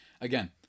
Again